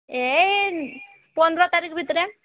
ଏ ପନ୍ଦର ତାରିଖ ଭିତରେ